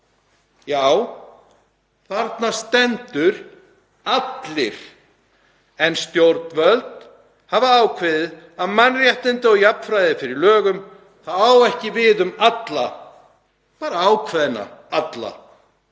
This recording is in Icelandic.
Já, þarna stendur „allir“ en stjórnvöld hafa ákveðið að mannréttindi og jafnræði fyrir lögum eigi ekki við um alla, bara ákveðna alla.